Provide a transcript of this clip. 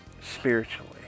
spiritually